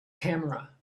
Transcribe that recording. camera